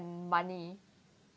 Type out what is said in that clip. money